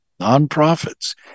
nonprofits